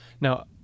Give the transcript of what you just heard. Now